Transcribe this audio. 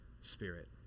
spirit